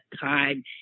time